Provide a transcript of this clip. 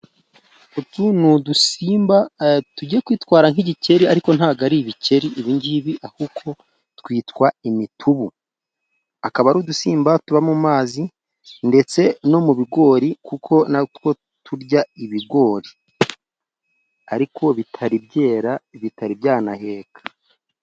Utu n'udusimba tugiye kwitwara nk'igikeri ariko ntago ari ibikeri, ibingibi kuko twitwa imitubu akaba ari udusimba tuba mu mazi ndetse no mu bigori, kuko natwo turya ibigori, ariko bitari byera bitari byanaheka.